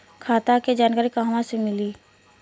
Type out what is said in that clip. खाता के जानकारी कहवा से मिली?